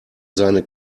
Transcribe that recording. seine